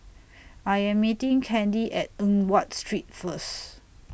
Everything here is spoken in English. I Am meeting Kandy At Eng Watt Street First